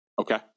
Okay